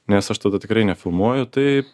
nes aš tada tikrai nefilmuoju tai